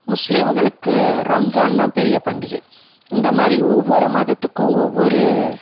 முஸ்லீம்களுக்கு ரம்ஜான் தான் பெரிய பண்டிகை இந்த மாதிரி ஒவ்வொரு மதத்துக்கும் ஒவ்வொரு